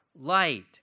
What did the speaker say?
light